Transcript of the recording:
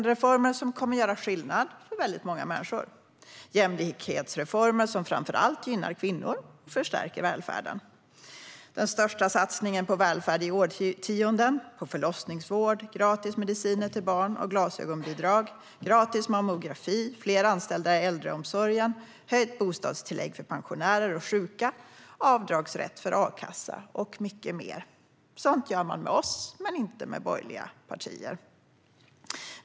Det är reformer som kommer att göra skillnad för väldigt många människor. Det är jämlikhetsreformer som framför allt gynnar kvinnor och förstärker välfärden. Det är den största satsningen på välfärden på årtionden: på förlossningsvård, gratis mediciner och glasögonbidrag till barn, gratis mammografi, fler anställda i äldreomsorgen, höjt bostadstillägg för pensionärer och sjuka, avdragsrätt för a-kassa och mycket mer. Sådant gör man med oss men inte med borgerliga partier.